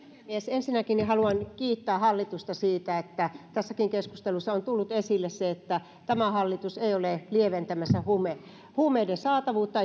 ensinnäkin haluan kiittää hallitusta siitä mikä tässäkin keskustelussa on tullut esille että tämä hallitus ei ole lieventämässä huumeiden huumeiden saatavuutta